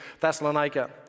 Thessalonica